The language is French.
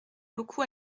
beaucoup